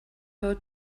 her